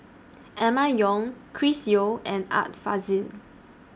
Emma Yong Chris Yeo and Art Fazil